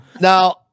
now